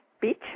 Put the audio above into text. Beach